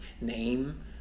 name